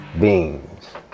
beings